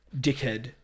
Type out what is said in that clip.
dickhead